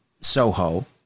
SOHO